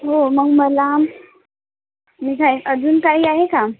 हो मग मला मिठाई अजून काही आहे का